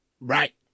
Right